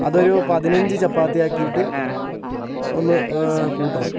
അതൊരു പതിനഞ്ച് ചപ്പാത്തി ആക്കിയിട്ട് ഒന്ന് കൂട്ടണം